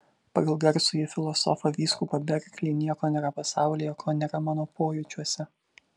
pagal garsųjį filosofą vyskupą berklį nieko nėra pasaulyje ko nėra mano pojūčiuose